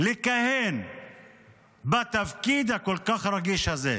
לכהן בתפקיד הכל-כך רגיש הזה.